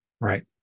Right